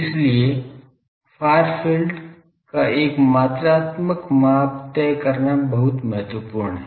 इसलिए far field का एक मात्रात्मक माप तय करना बहुत महत्वपूर्ण है